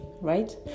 right